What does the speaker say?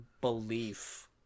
belief